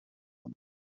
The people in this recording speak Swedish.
dem